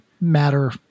matter